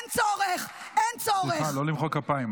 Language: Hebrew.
סליחה, לא למחוא כפיים.